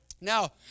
Now